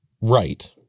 Right